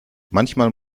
manchmal